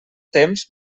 temps